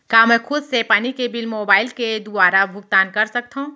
का मैं खुद से पानी के बिल मोबाईल के दुवारा भुगतान कर सकथव?